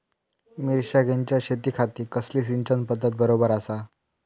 मिर्षागेंच्या शेतीखाती कसली सिंचन पध्दत बरोबर आसा?